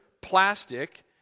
plastic